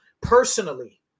personally